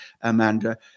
Amanda